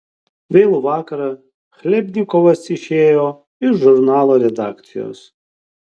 vėlų vakarą chlebnikovas išėjo iš žurnalo redakcijos